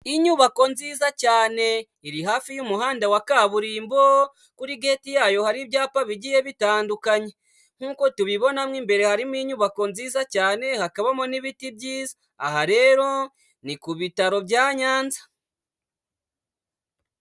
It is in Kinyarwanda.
Inyubako nziza cyane, iri hafi y'umuhanda wa kaburimbo, kuri geti yayo hari ibyapa bigiye bitandukanye, nk'uko tubibona mu imbere harimo inyubako nziza cyane hakabamo n'ibiti byiza, aha rero ni ku bitaro bya Nyanza.